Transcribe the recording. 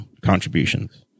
contributions